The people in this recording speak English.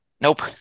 nope